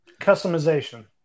Customization